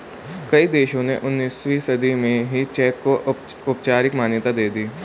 कई देशों ने उन्नीसवीं सदी में ही चेक को औपचारिक मान्यता दे दी